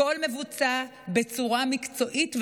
הכול מבוצע בצורה מקצועית ומדויקת.